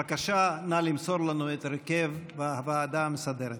בבקשה, נא למסור לנו את הרכב הוועדה המסדרת.